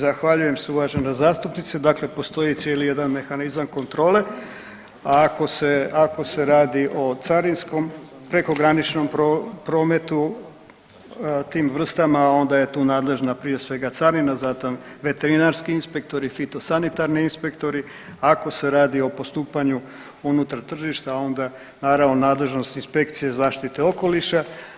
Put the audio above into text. Zahvaljujem se uvažena zastupnice, dakle postoji cijeli jedan mehanizam kontrole, a ako se, ako se radi o carinskom prekograničnom prometu tim vrstama onda je tu nadležna prije svega carina zato veterinarski inspektori, fitosanitarni inspektori, ako se radi o postupanju unutar tržišta onda naravno nadležnost inspekcije zaštite okoliša.